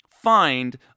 find